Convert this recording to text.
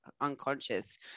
unconscious